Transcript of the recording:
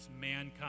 mankind